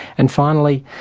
and finally,